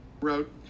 wrote